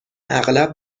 اغلب